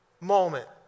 moment